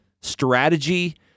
strategy